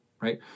right